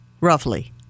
roughly